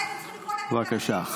חבר הכנסת גלנט, בבקשה.